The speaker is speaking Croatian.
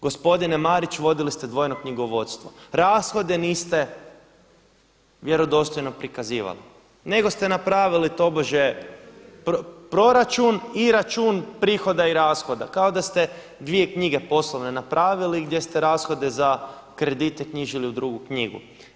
Gospodine Marić vodili ste dvojno knjigovodstvo, rashode niste vjerodostojno prikazivali nego ste napravili tobože proračun i račun prihoda i rashoda kao da ste dvije knjige poslovne napravili gdje ste rashode za kredite knjižili u drugu knjigu.